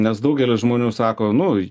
nes daugelis žmonių sako nu